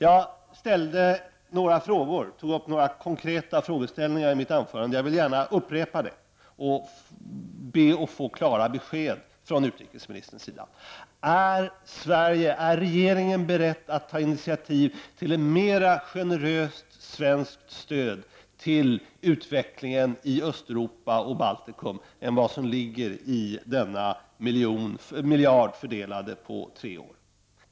I mitt huvudanförande tog jag upp några konkreta frågeställningar, som jag gärna vill upprepa och be att få klara besked om av utrikesministern. Är regeringen beredd att ta initiativ till ett mer generöst svenskt stöd till utvecklingen i Östeuropa och Baltikum än vad som ligger i denna miljard som skall fördelas på tre år?